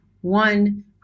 One